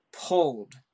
pulled